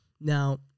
Now